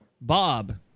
Bob